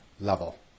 level